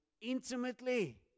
intimately